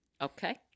Okay